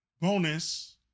bonus